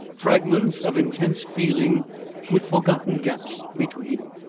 fragments of intense feeling with forgotten gaps between.